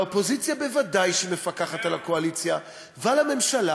והאופוזיציה ודאי שמפקחת על הקואליציה ועל הממשלה.